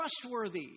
trustworthy